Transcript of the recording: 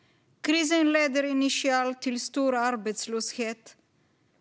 Krisen leder initialt till stor arbetslöshet.